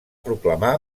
proclamar